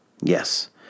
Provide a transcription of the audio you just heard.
Yes